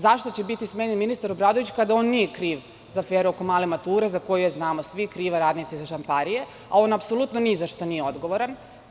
Zašto će biti smenjen ministar Obradović kada on nije kriv za aferu oko male mature za koju je, znamo svi, kriva radnica iz štamparije, a on apsolutno ni za šta nije odgovoran?